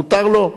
מותר לו.